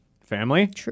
family